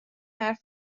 حرف